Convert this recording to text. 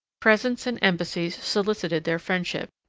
presents and embassies solicited their friendship,